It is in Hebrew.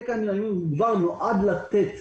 התקן המינהלי המוגבר נועד לתת